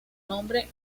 nombre